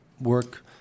work